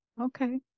Okay